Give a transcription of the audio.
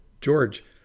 George